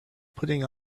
putting